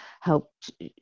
helped